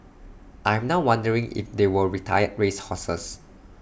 I'm now wondering if they were retired race horses